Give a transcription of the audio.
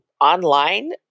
online